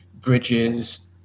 bridges